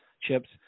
chips